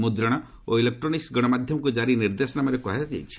ମୁଦ୍ରଣ ଓ ଇଲେକ୍ଟ୍ରୋନିକ୍ ଗଣମାଧ୍ୟମକୁ ଜାରି ନିର୍ଦ୍ଦେଶନାମାରେ ଏହା କୁହାଯାଇଛି